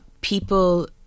People